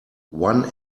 one